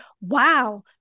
wow